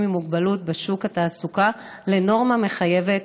עם מוגבלות בשוק התעסוקה לנורמה מחייבת,